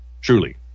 Truly